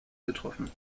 betroffen